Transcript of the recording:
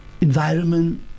environment